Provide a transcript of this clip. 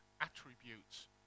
attributes